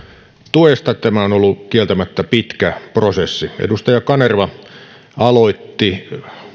tuesta tämä on ollut kieltämättä pitkä prosessi edustaja kanerva aloitti